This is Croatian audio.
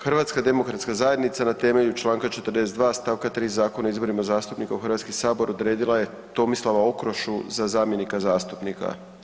HDZ na temelju čl. 42 st. 3 Zakona o izborima zastupnika u HS odredila je Tomislava Okrošu za zamjenika zastupnika.